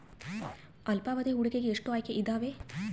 ಅಲ್ಪಾವಧಿ ಹೂಡಿಕೆಗೆ ಎಷ್ಟು ಆಯ್ಕೆ ಇದಾವೇ?